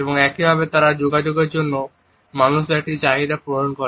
এবং এভাবে তারা যোগাযোগের জন্য মানুষের একটি মৌলিক চাহিদা পূরণ করে